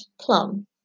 plum